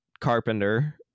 carpenter